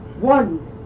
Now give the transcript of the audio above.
one